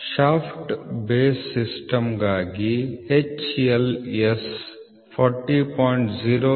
shaft base ಸಿಸ್ಟಮ್ಗಾಗಿ HLS 40